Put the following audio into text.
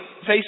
face